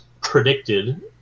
predicted